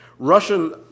Russian